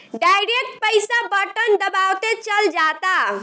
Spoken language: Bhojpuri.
डायरेक्ट पईसा बटन दबावते चल जाता